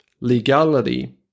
legality